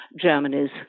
Germany's